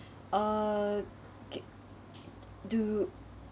uh okay do